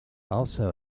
also